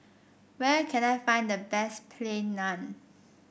where can I find the best Plain Naan